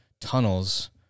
tunnels